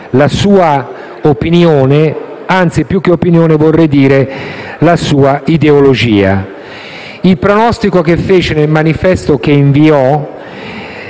la sua opinione, anzi, più che opinione, vorrei dire la sua ideologia. Il pronostico che fece nel manifesto che inviò